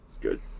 Good